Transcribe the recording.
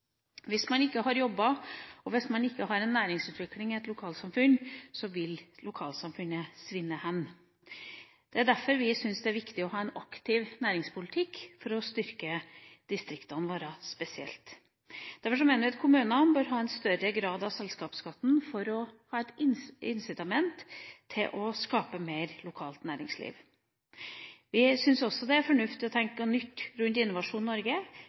Hvis man ikke har jobber og næringsutvikling i et lokalsamfunn, vil lokalsamfunnet svinne hen. Det er derfor vi syns det er viktig å ha en aktiv næringspolitikk, for å styrke distriktene våre spesielt. Derfor mener vi at kommunene i større grad bør råde over selskapsskatten, for å ha et incitament til å skape mer lokalt næringsliv. Vi syns også det er fornuftig å tenke nytt rundt Innovasjon Norge,